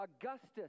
Augustus